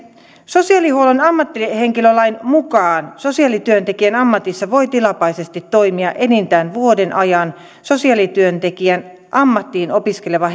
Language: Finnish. sosiaalihuollon ammattihenkilölain mukaan sosiaalityöntekijän ammatissa voi tilapäisesti toimia enintään vuoden ajan sosiaalityöntekijän ammattiin opiskeleva